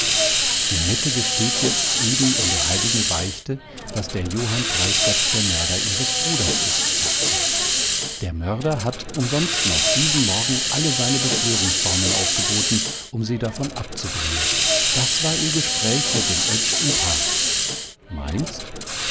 die mette gesteht jetzt eben in der heiligen beichte daß der johann preisgott der mörder seines bruders ist sagte sie der mörder hat umsonst noch diesen morgen alle seine beschwörungsformeln aufgeboten um sie davon abzubringen das war ihr gespräch mit dem oetsch im park meinst